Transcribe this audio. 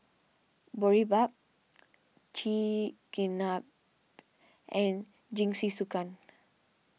Boribap Chigenabe and Jingisukan